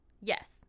Yes